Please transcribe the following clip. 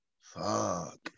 Fuck